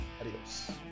Adios